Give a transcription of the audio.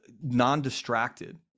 non-distracted